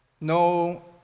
No